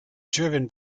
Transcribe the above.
driven